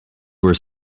were